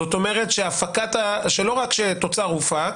זאת אומרת, שלא רק שהתוצר הופק,